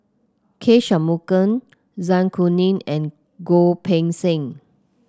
K Shanmugam Zai Kuning and Goh Poh Seng